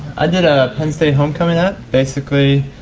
i did a penn state homecoming app. basically